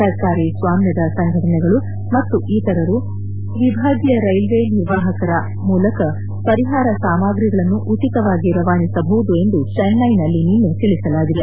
ಸರ್ಕಾರಿ ಸ್ವಾಮ್ಲದ ಸಂಘಟನೆಗಳು ಮತ್ತು ಇತರರು ವಿಭಾಗೀಯ ರೈಲ್ವೆ ನಿರ್ವಾಹಕರ ಮೂಲಕ ಪರಿಹಾರ ಸಾಮಾಗ್ರಿಗಳನ್ನು ಉಚಿತವಾಗಿ ರವಾನಿಸಬಹುದು ಎಂದು ಚಿನ್ನೈನಲ್ಲಿ ನಿನ್ನೆ ತಿಳಿಸಲಾಗಿದೆ